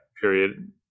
period